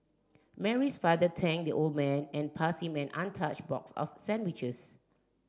Mary's father thanked the old man and passed him an untouched box of sandwiches